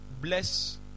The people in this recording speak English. Bless